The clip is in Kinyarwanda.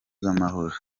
z’amahoro